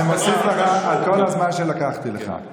אני מוסיף לך על כל הזמן שלקחתי לך.